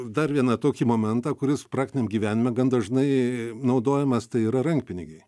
dar vieną tokį momentą kuris praktiniam gyvenime gan dažnai naudojamas tai yra rankpinigiai